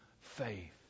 faith